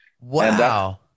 wow